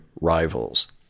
Rivals